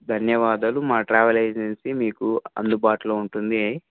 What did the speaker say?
ధన్యవాదాలు మా travel agency మీకు అందుబాటులో ఉంటుంది